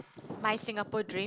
my Singapore dream